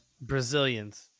Brazilians